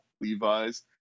levi's